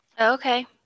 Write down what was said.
Okay